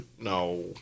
no